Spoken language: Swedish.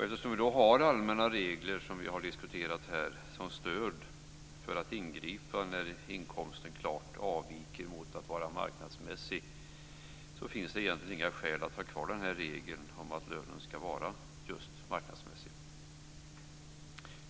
Eftersom vi har allmänna regler, som vi diskuterat här, som stöd för att ingripa om en inkomstfördelning klart avviker från vad som är marknadsmässigt, finns det egentligen inga skäl att ha kvar regeln om att lönen ska vara just marknadsmässig.